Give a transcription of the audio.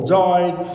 died